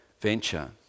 venture